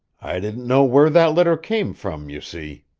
i didn't know where that letter came from, you see.